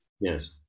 Yes